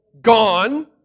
gone